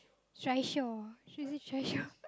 trishaw is it trishaw